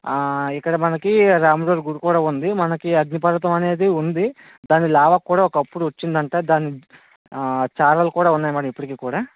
ఇక్కడ మనకి రాములవారి గుడి కూడా ఉంది మనకి అగ్నిపర్వతం అనేది ఉంది దాని లావా కూడా ఒకప్పుడు వచ్చిందంట దాని చారలు కూడా ఉన్నాయి మ్యాడమ్ ఇప్పుడికి కూడా